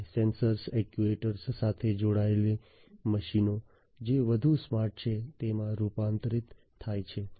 અને sensor actuators સાથે જોડાયેલ મશીનો જે વધુ સ્માર્ટ છે તેમાં રૂપાંતરિત થાય છે